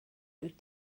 wyt